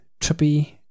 trippy